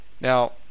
Now